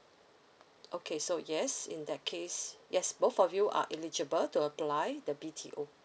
okay so yes in that case yes both of you are eligible to apply the B_T_O